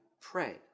pray